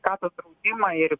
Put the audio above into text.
sveikatos draudimą ir